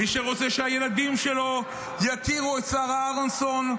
מי שרוצה שהילדים שלו יכירו את שרה אהרונסון,